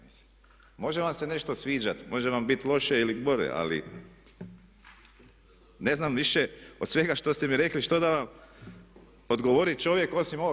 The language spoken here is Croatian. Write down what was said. Može vam se nešto sviđati, može vam biti loše ili gore, ali ne znam više od svega što ste mi rekli, što da vam odgovori čovjek osim ovoga.